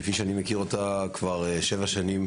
כפי שאני מכיר אותו כבר שבע שנים